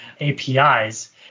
APIs